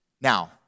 Now